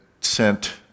sent